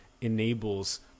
enables